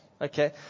Okay